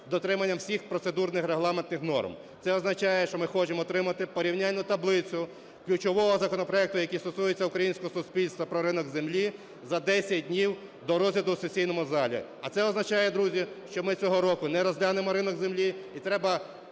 дотриманням всіх процедурних регламентних норм. Це означає, що ми хочемо отримати порівняльну таблицю ключового законопроекту, який стосується українського суспільства про ринок землі за 10 днів до розгляду в сесійному залі. А це означає, друзі, що ми цього року не розглянемо ринок землі, і треба